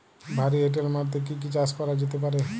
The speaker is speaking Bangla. ভারী এঁটেল মাটিতে কি কি চাষ করা যেতে পারে?